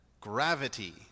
gravity